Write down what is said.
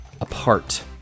apart